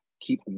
keep